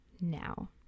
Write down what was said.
now